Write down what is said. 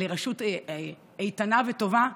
לרשות איתנה וטובה,